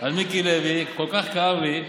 על מיקי לוי, כל כך כאב לי.